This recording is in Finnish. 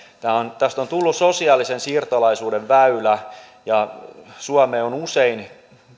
tästä on tullut sosiaalisen siirtolaisuuden väylä ja usein